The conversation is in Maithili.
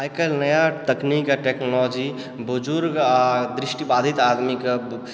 आइ काल्हि नया तकनीक आ टेक्नोलॉजी बुजुर्ग आ दृष्टि बाधित आदमीके